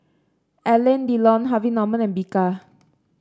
Alain Delon Harvey Norman and Bika